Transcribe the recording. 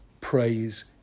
praise